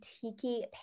tiki